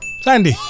Sandy